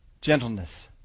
Gentleness